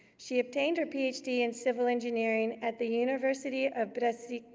she obtained her ph d. in civil engineering at the university of brescia,